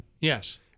Yes